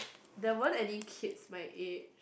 there weren't any kids my age